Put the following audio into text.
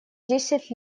десять